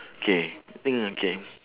okay mm okay